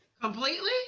completely